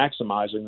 maximizing